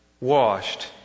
washed